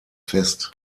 fest